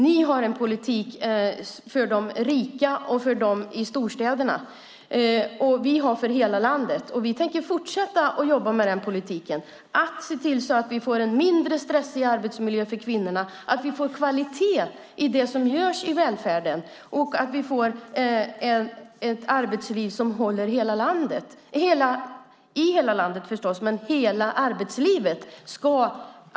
Ni har en politik för de rika och för dem i storstäderna. Vi har en politik för folk i hela landet, och vi tänker fortsätta att jobba för den politiken och se till att vi får en mindre stressig arbetsmiljö för kvinnorna, att vi får kvalitet i välfärden och att människor får ett arbete som gör att de håller arbetslivet ut.